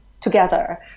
together